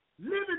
living